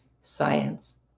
science